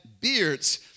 beards